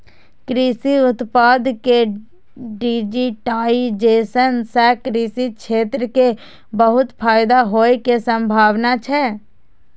कृषि उत्पाद के डिजिटाइजेशन सं कृषि क्षेत्र कें बहुत फायदा होइ के संभावना छै